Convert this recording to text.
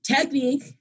technique